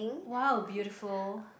!wow! beautiful